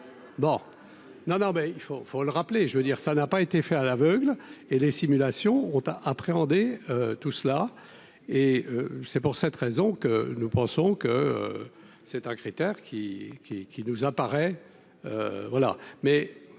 bon non, non, mais il faut, il faut le rappeler, je veux dire, ça n'a pas été fait à l'aveugle et les simulations ont à appréhender tout cela et c'est pour cette raison que nous pensons que c'est un critère qui qui qui nous apparaît voilà,